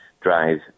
drive